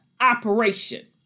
operation